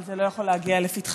אבל זה לא יכול להגיע לפתחך.